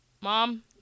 Mom